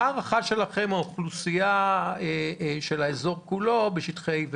מה להערכתכם האוכלוסייה של האזור כולו בשטחיA ו-B?